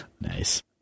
Nice